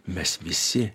mes visi